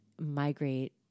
migrate